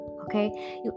okay